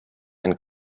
and